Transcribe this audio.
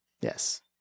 Yes